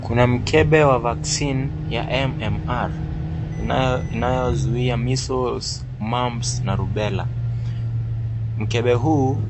Kuna mkebe wa vaccine ya MMR inayozuia measles mumps na rubela mkebe huu